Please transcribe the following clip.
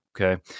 Okay